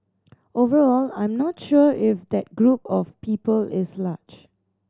overall I'm not sure if that group of people is large